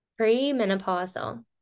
premenopausal